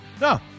No